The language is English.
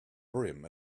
brim